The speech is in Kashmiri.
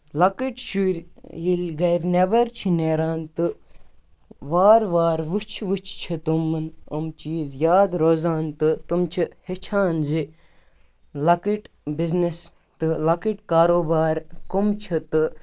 لۄکٔٹۍ شُرۍ ییٚلہِ گرِ نیبر چھِ نیران تہٕ وارٕ وارٕ وٕچھۍ وٕچھۍ چھ تِمَن یِم چیٖز یاد روزان تہٕ تِم چھِ ہٮ۪چھان زِ لۄکٔٹۍ بِزنِس تہٕ لۄکٔٹۍ کاروبار کَم چھِ تہٕ